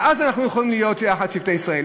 ואז אנחנו יכולים להיות יחד שבטי ישראל.